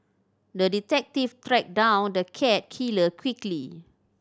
the detective tracked down the cat killer quickly